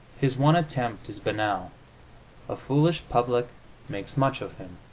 his one attempt is banal a foolish public makes much of him.